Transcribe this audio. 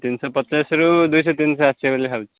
ତିନିଶହ ପଚାଶରୁ ଦୁଇଶହ ତିନିଶହ ଆସିବ ବୋଲି ଭାବୁଛି